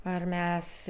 ar mes